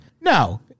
No